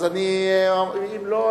אם לא,